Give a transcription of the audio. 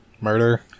Murder